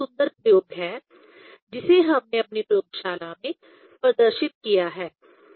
यह एक सुंदर प्रयोग है जिसे हमने अपनी प्रयोगशाला में प्रदर्शित किया है